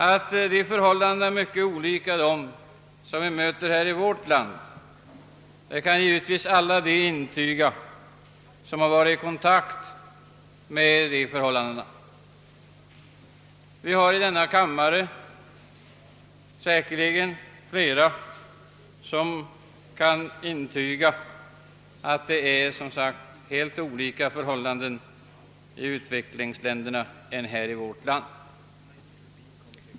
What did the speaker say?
Att dessa förhållanden är mycket olika dem som finns i vårt land kan givetvis alla de intyga, som varit i kontakt med utvecklingsländerna, däribland säkerligen flera ledamöter av denna kammare.